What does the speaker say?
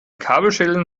kabelschellen